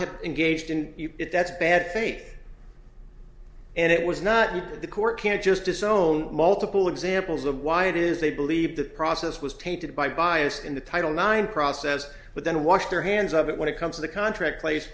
have engaged in it that's bad faith and it was not you that the court can't just disown multiple examples of why it is they believe the process was tainted by bias in the title nine process but then wash their hands of it when it comes to the contract place